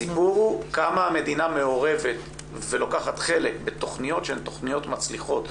הסיפור הוא כמה המדינה מעורבת ולוקחת חלק בתכניות שהן תכניות מצליחות,